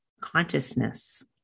consciousness